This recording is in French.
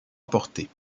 apportés